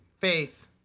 faith